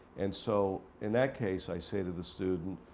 and so, in that case, i say to the student,